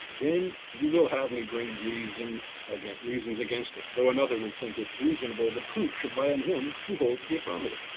then you will have me bring reasons against reasons against it, though another would think it reasonable the proof should rely on him who holds the affirmative.